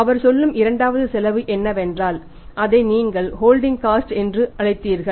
அவர் சொல்லும் இரண்டாவது செலவு என்னவென்றால் அதை நீங்கள் ஹோல்டிங் காஸ்ட் என்று அழைக்கிறீர்கள்